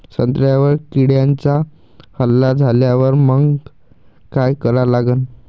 संत्र्यावर किड्यांचा हल्ला झाल्यावर मंग काय करा लागन?